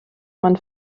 man